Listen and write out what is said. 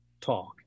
talk